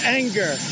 anger